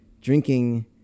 drinking